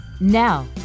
Now